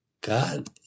God